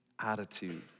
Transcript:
attitude